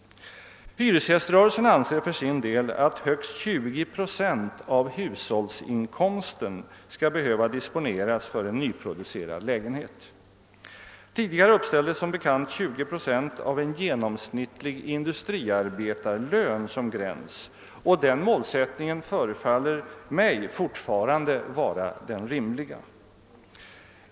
Hyresgäströrelsen anser för sin del att högst 20 procent av hushållsinkomsten skall behöva disponeras för en nyproducerad lägenhet. Tidigare uppställdes som bekant 20 procent av en genomsnittlig industriarbetarlön som gräns, och den målsättningen förefaller mig fortfarande vara den rimliga.